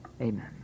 Amen